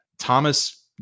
Thomas